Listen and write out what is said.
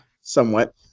somewhat